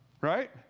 Right